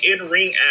in-ring